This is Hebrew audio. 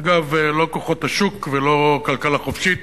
אגב, לא כוחות השוק ולא כלכלה חופשית,